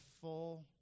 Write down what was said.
full